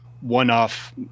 one-off